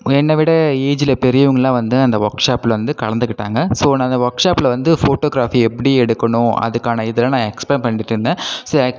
என்னை விட ஏஜ்ஜில் பெரியவங்கள்லாம் வந்து அந்த ஒர்க் ஷாப்பில் வந்து கலந்துக்கிட்டாங்க ஸோ நான் அந்த ஒர்க் ஷாப்பில் வந்து ஃபோட்டோகிராஃபி எப்படி எடுக்கணும் அதற்கான இதெல்லாம் நான் எக்ஸ்பிளைன் பண்ணிட்டுருந்தேன் சே எக்ஸ்பே